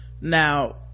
now